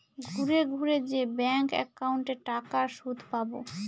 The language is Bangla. ঘুরে ঘুরে যে ব্যাঙ্ক একাউন্টে টাকার সুদ পাবো